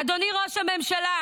אדוני ראש הממשלה,